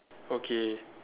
okay